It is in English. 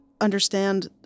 understand